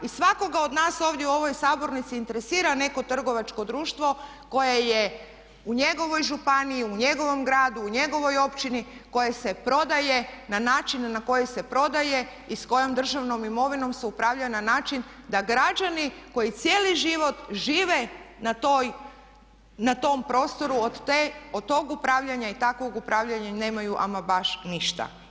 I svakoga od nas ovdje u ovoj sabornici interesira neko trgovačko društvo koje je u njegovoj županiji, u njegovom gradu, u njegovoj općini koje se prodaje na način na koji se prodaje i s kojom državnom imovinom se upravlja na način da građani koji cijeli život žive na tom prostoru od tog upravljanja i takvog upravljanja nemaju ama baš ništa.